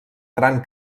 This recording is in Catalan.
gran